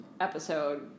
episode